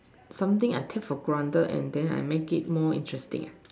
something I take for granted and then I make it more interesting ah